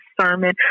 sermon